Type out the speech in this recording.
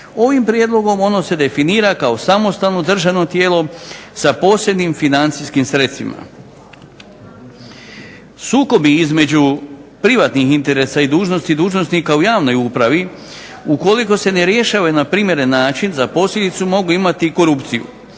ovim prijedlogom ono se definira kao samostalno državno tijelo sa posebnim financijskim sredstvima. Sukobi između privatnih interesa i dužnosti dužnosnika u javnoj upravi ukoliko se ne rješava na primjeren način za posljedicu mogu imati korupciju,